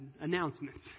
announcements